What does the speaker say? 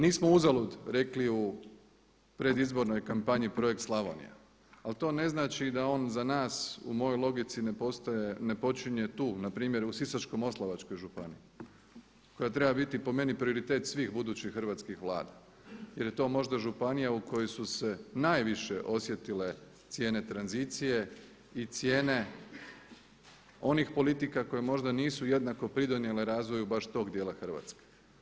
Nismo uzalud rekli u predizbornoj kampanji projekt Slavonija ali to ne znači da on za nas u mojoj logici ne počinje tu, npr. u Sisačko-moslavačkoj županiji koja treba biti po meni prioritet svih budućih hrvatskih Vlada jer je to možda županija u kojoj su se najviše osjetile cijene tranzicije i cijene onih politika koje možda nisu jednako pridonijele razvoju baš tog dijela Hrvatske.